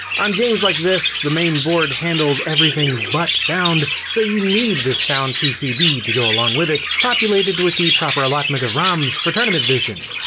on games like this, the main board handles everything but sound, so you need this sound pcb to go along with it, populated with the proper allotment of roms for tournament edition.